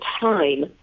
time